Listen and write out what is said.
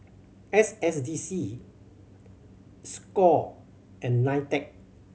S S D C score and NITEC